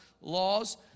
laws